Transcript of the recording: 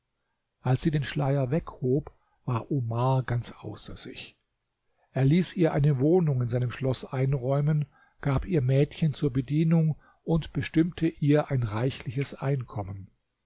als sie den schleier weghob war omar ganz außer sich er ließ ihr eine wohnung in seinem schloß einräumen gab ihr mädchen zur bedienung und bestimmte ihr ein reichliches einkommen